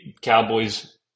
Cowboys